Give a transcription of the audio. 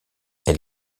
elle